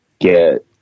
get